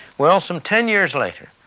well, some ten years later,